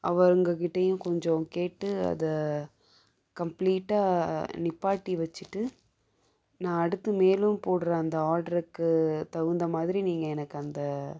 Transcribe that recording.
அவங்ககிட்டேயும் கொஞ்சம் கேட்டு அதை கம்ப்ளீட்டாக நிற்பாட்டி வெச்சுட்டு நான் அடுத்து மேலும் போடுற அந்த ஆட்ருக்கு தகுந்தமாதிரி நீங்கள் எனக்கு அந்த